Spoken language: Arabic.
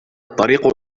الطريق